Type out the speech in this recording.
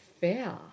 fair